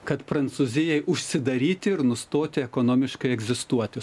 kad prancūzijai užsidaryti ir nustoti ekonomiškai egzistuoti